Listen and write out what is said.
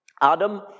Adam